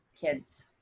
kids